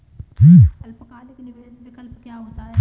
अल्पकालिक निवेश विकल्प क्या होता है?